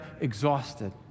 exhausted